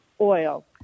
Oil